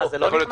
אה, זה לא נכנס?